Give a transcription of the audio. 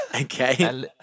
Okay